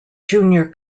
junior